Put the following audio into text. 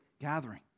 gathering